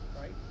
right